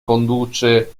conduce